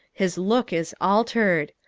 his look is altered.